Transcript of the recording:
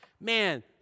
Man